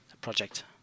project